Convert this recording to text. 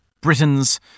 Britons